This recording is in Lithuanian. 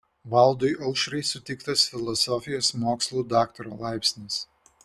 valdui aušrai suteiktas filosofijos mokslų daktaro laipsnis